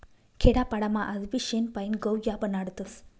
खेडापाडामा आजबी शेण पायीन गव या बनाडतस